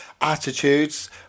attitudes